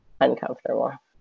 uncomfortable